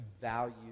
value